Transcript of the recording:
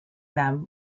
them